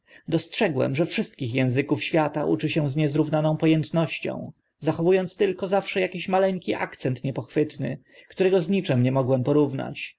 dostrzegłem że wszystkich ęzyków świata uczy się z niezrównaną po ętnością zachowu ąc tylko zawsze akiś maleńki akcent niepochwytny którego z niczyim nie mogłem porównać